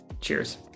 Cheers